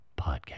podcast